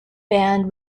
band